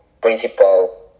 principal